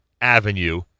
Avenue